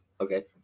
Okay